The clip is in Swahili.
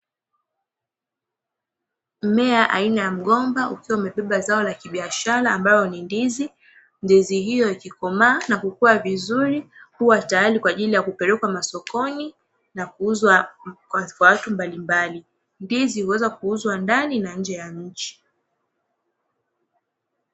Mmea aina ya mgomba ukiwa umebeba zao la kibiashara ambayo ni ndizi. Ndizi hiyo ikikomaa na kukua vizuri huwa tayari kwa ajili ya kupelekwa masokoni na kuuzwa kwa watu mbalimbali. Ndizi huweza kuuzwa ndani na nje ya nchi.